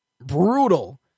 brutal